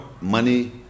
money